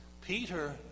Peter